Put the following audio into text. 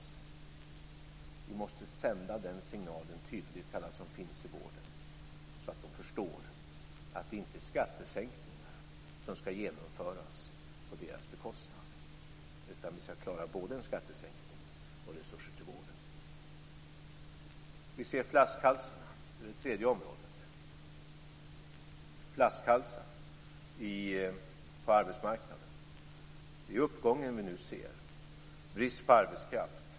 Vi måste sända den signalen tydligt till alla som finns i vården, så att de förstår att det inte är skattesänkningar som skall genomföras på deras bekostnad, utan vi skall klara både en skattesänkning och resurser till vården. Vi ser flaskhalsarna. Det är det tredje området. Det är flaskhalsar på arbetsmarknaden. I den uppgång som vi nu ser är det brist på arbetskraft.